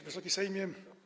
Wysoki Sejmie!